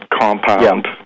compound